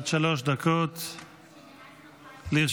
עד שלוש דקות לרשותך.